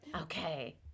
Okay